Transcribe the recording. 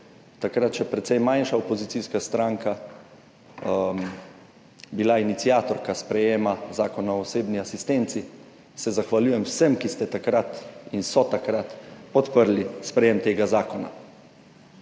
takrat še precej manjša opozicijska stranka, iniciatorka sprejetja Zakona o osebni asistenci. Zahvaljujem se vsem, ki ste takrat in so takrat podprli sprejetje tega zakona.